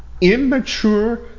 immature